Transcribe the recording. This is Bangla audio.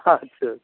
আচ্ছা আচ্ছা